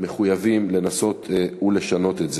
מחויבים לנסות ולשנות את זה.